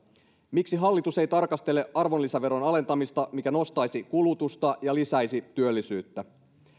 miksi hallitus ei tarkastele arvonlisäveron alentamista mikä nostaisi kulutusta ja lisäisi työllisyyttä